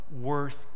worth